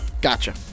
Gotcha